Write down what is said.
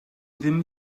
ddim